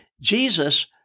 jesus